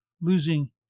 losing